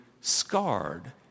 scarred